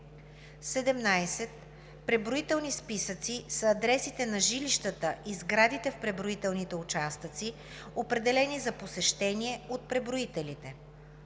17. „Преброителни списъци“ са адресите на жилищата и сградите в преброителните участъци, определени за посещение от преброителите.